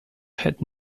had